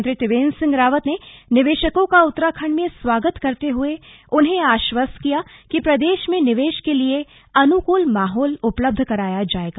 मुख्यमंत्री त्रिवेन्द्र सिंह रावत ने निवेशकों का उत्तराखण्ड में स्वागत करते हुए उन्हें आश्वस्त किया कि प्रदेश में निवेश के लिए अनुकूल माहौल उपलब्ध कराया जायेगा